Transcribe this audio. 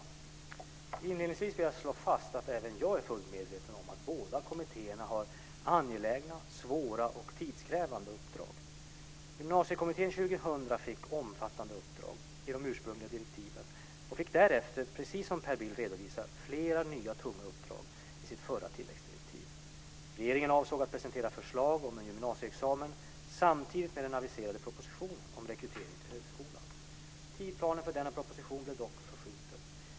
Inledningsvis vill jag slå fast att även jag är fullt medveten om att båda kommittéerna har angelägna, svåra och tidskrävande uppdrag. Gymnasiekommittén 2000 fick omfattande uppdrag i de ursprungliga direktiven och fick därefter, precis som Per Bill redovisar, flera nya tunga uppdrag i sitt förra tilläggsdirektiv. Regeringen avsåg att presentera förslag om en gymnasieexamen samtidigt med den aviserade propositionen om rekrytering till högskolan. Tidsplanen för denna proposition blev dock förskjuten.